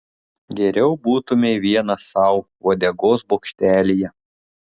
geriau būtumei vienas sau uodegos bokštelyje